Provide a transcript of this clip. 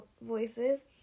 voices